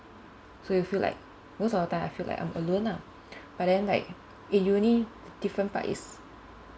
so you feel like most of the time I feel like I'm alone ah but then like in uni different part is